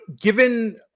given